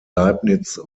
leibniz